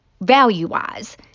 value-wise